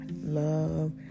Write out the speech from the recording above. love